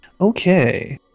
Okay